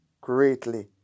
greatly